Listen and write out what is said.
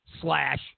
slash